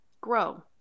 grow